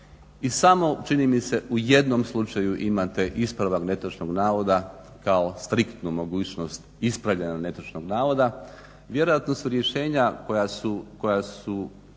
i samo čini mi se u jednom slučaju imate ispravak netočnog navoda kao striktnu mogućnost ispravljanja netočnog navoda. Vjerojatno su rješenja koja su